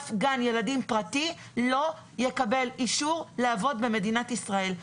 אף גן ילדים פרטי לא יקבל אישור לעבוד במדינתי ישראל.